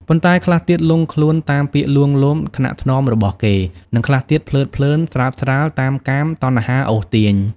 ប៉ុន្តែខ្លះទៀតលង់ខ្លួនតាមពាក្យលួងលោម ថ្នាក់ថ្នមរបស់គេ និងខ្លះទៀតភ្លើតភ្លើនស្រើបស្រាលតាមកាមតណ្ហាអូសទាញ ។